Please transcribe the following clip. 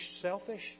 selfish